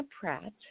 Pratt